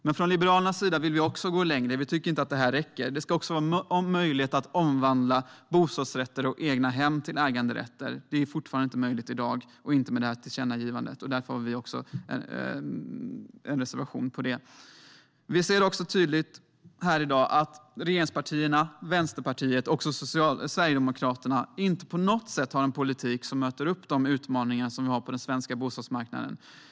Men Liberalerna vill gå ännu längre; vi tycker inte att detta räcker. Det ska också vara möjligt att omvandla bostadsrätter och egnahem till äganderätter. Det är inte möjligt i dag och blir det inte heller med detta tillkännagivande. Därför har vi en reservation om det. Vi ser också tydligt att regeringspartierna, Vänsterpartiet och Sverigedemokraterna inte på något sätt har en politik som möter de utmaningar som vi har på den svenska bostadsmarknaden.